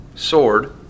Sword